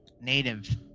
native